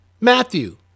Matthew